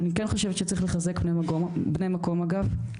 אני כן חושבת שצריך לחזק בני מקום אגב,